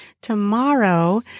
tomorrow